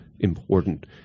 important